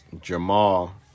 Jamal